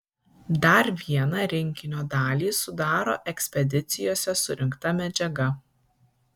dar vieną rinkinio dalį sudaro ekspedicijose surinkta medžiaga